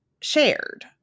shared